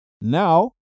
Now